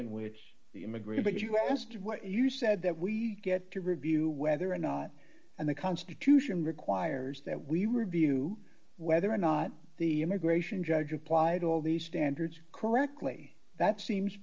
in which the immigrated you were asked what you said that we get to review whether or not and the constitution requires that we review whether or not the immigration judge applied all the standards correctly that seems